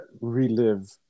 relive